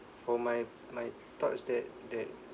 for my my thoughts that that